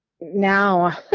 now